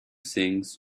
sings